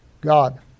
God